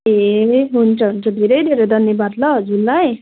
ए हुन्छ हुन्छ धेरै धेरै धन्यवाद ल हजुरलाई